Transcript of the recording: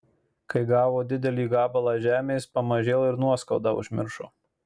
kai gavo didelį gabalą žemės pamažėl ir nuoskaudą užmiršo